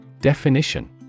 Definition